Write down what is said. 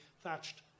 thatched